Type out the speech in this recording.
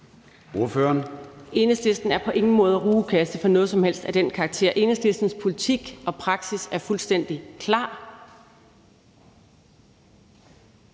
Enhedslisten er på ingen måde rugekasse for noget som helst af den karakter. Enhedslistens politik og praksis er fuldstændig klar.